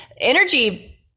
energy